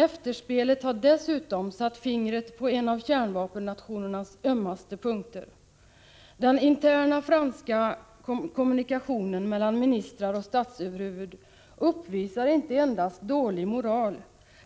Efterspelet har dessutom satt fingret på en av kärnvapennationernas ömmaste punkter. Den interna franska kommunikationen mellan ministrar och statsöverhuvud uppvisar inte endast dålig moral.